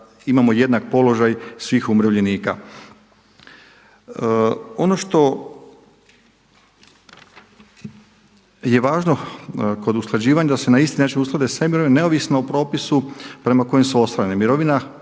imamo jednak položaj svih umirovljenika. Ono što je važno kod usklađivanja da se na isti način usklade sve mirovine neovisno o propisu prema kojem su ostvarene. Mirovina